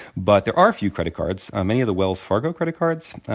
but there are few credit cards. many of the wells fargo credit cards,